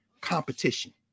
competition